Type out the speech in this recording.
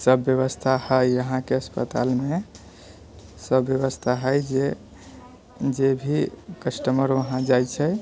सभ व्यवस्था हइ यहाँके अस्पतालमे सभ व्यवस्था हइ जे जे भी कस्टमर वहाँ जाइ छै